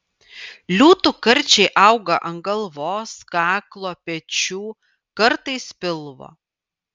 liūtų karčiai auga ant galvos kaklo pečių kartais pilvo